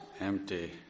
empty